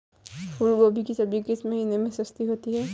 फूल गोभी की सब्जी किस महीने में सस्ती होती है?